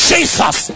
Jesus